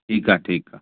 ठीकु आहे ठीकु आहे